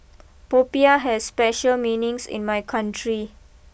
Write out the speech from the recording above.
Popiah has special meanings in my country